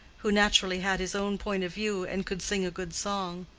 who naturally had his own point of view and could sing a good song